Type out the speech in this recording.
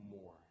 more